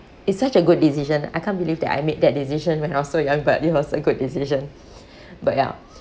it's such a good decision I can't believe that I made that decision when I was so young but it was a good decision but ya